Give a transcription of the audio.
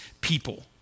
people